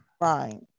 right